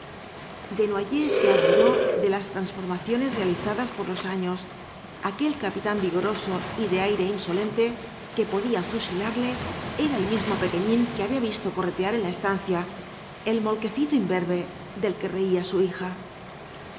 desnoyers se admiró de las transformaciones realizadas por los años aquel capitán vigoroso y de aire insolente que podía fusilarle era el mismo pequeñín que había visto corretear en la estancia el moltkecito imberbe del que reía su hija los